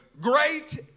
great